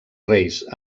reis